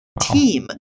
team